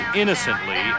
innocently